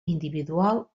individual